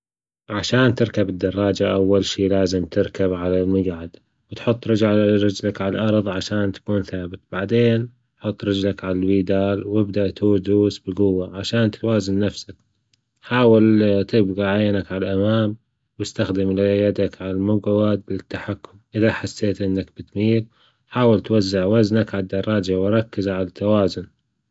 عشان تركب الدراجة أول شي لازم تركب على المجعد، وتحط رجل رجلك عالأرض عشان تكون ثابت، بعدين حط رجلك ع الفيدال وإبدأ تدوس بجوة عشان توازن نفسك، حاول تبجى عينك عالأمان، وإستخدم يدك على المقود التحكم حسيت إنك بتميل حاول توزع وزنك عالدراجة وركز عالتوازن.